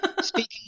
speaking